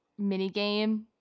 minigame